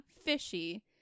fishy